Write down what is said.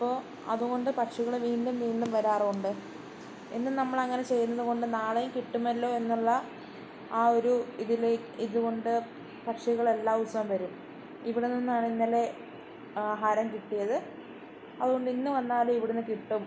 അപ്പോള് അതുകൊണ്ട് പക്ഷികള് വീണ്ടും വീണ്ടും വരാറുണ്ട് എന്നും നമ്മളങ്ങനെ ചെയ്യുന്നതുകൊണ്ട് നാളെയും കിട്ടുമല്ലോയെന്നുള്ള ആ ഒരു ഇതിലേ ഇതുകൊണ്ട് പക്ഷികളെല്ലാ ദിവസവും വരും ഇവിടെ നിന്നാണ് ഇന്നലെ ആഹാരം കിട്ടിയത് അതുകൊണ്ട് ഇന്നു വന്നാലും ഇവിടുന്ന് കിട്ടും